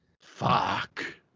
fuck